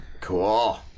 Cool